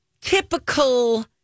typical